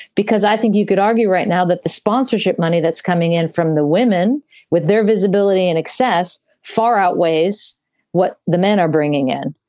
because i think you could argue right now that the sponsorship money that's coming in from the women with their visibility and access far outweighs what the men are bringing in.